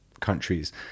countries